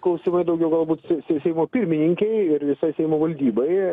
klausimai daugiau galbūt seimo pirmininkei ir visai seimo valdybai